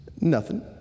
Nothing